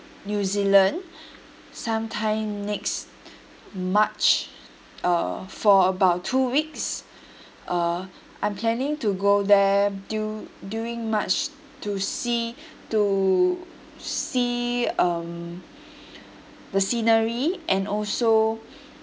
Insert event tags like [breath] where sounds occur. new zealand [breath] sometime next [breath] march uh for about two weeks [breath] uh I'm planning to go there du~ during march to see to see um [breath] the scenery and also